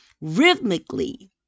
rhythmically